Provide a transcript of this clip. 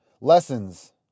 lessons